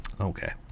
Okay